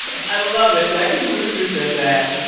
i love it. that concludes who said that.